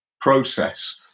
process